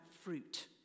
fruit